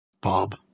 Bob